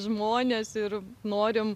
žmones ir norim